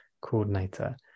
coordinator